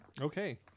Okay